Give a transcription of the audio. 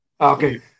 Okay